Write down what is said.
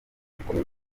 bikomeye